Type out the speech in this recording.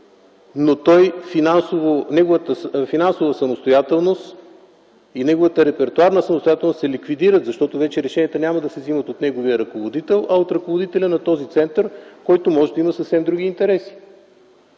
но неговата финансова и репертоарна самостоятелност се ликвидират, защото решенията вече няма да се вземат от неговия ръководител, а от ръководителя на този център, който може да има съвсем други интереси.